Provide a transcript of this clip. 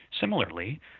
Similarly